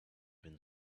been